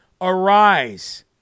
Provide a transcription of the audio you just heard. arise